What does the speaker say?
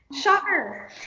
Shocker